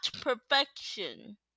perfection